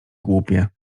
głupie